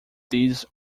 these